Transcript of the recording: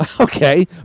Okay